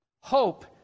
Hope